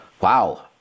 Wow